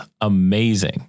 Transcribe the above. amazing